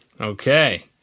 Okay